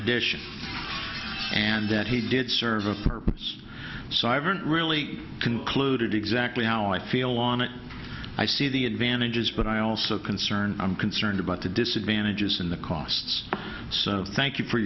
addition and that he did serve a purpose so i haven't really concluded exactly now i feel on it i see the advantages but i also concern i'm concerned about the disadvantages in the costs so thank you for